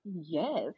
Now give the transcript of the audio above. yes